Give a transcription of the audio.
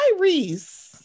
Tyrese